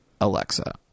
Alexa